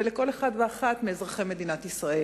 ולכל אחד ואחת מאזרחי מדינת ישראל.